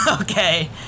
Okay